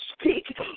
speak